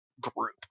group